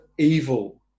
evil